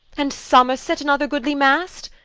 and somerset, another goodly mast?